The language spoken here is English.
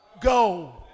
go